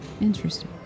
Interesting